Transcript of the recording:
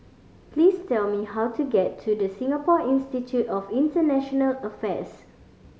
please tell me how to get to The Singapore Institute of International Affairs